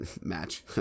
Match